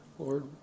Lord